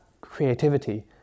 creativity